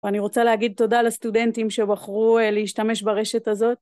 ואני רוצה להגיד תודה לסטודנטים שבחרו להשתמש ברשת הזאת.